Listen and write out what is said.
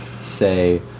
say